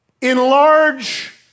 enlarge